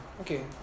okay